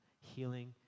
healing